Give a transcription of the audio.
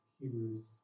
Hebrews